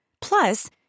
Plus